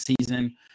season